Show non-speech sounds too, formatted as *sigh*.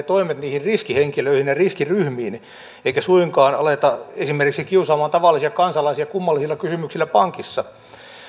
*unintelligible* toimet riskihenkilöihin ja riskiryhmiin eikä suinkaan aleta esimerkiksi kiusaamaan tavallisia kansalaisia kummallisilla kysymyksillä pankissa